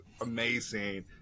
amazing